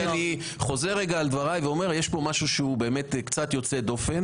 אני חוזר רגע על דבריי ואומר: יש פה משהו שהוא באמת קצת יוצא דופן,